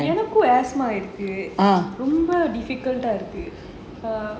எனக்கும்:enakum asthuma இருக்கு ரொம்ப:iruku romba difficult ah இருக்கு:iruku